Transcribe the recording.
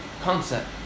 concept